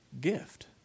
gift